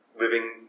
living